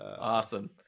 Awesome